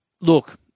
look